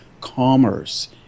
commerce